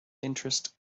interest